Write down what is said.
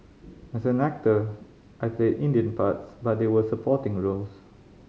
as an actor I played Indian parts but they were supporting role